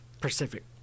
Pacific